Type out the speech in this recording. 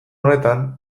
honetan